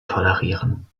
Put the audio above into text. tolerieren